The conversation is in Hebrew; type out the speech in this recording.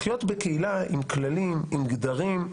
לחיות בקהילה עם כללים, עם גדרים.